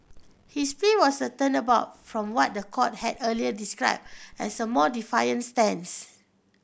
his plea was a turnabout from what the court had earlier described as a more defiant stance